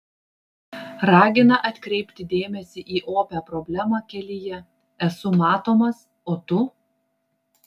ragina atkreipti dėmesį į opią problemą kelyje esu matomas o tu